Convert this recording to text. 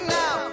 now